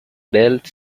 belt